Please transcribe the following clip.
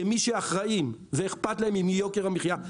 כמי שאחראים ואכפת להם מיוקר המחיה,